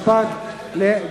חוק ומשפט נתקבלה.